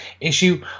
issue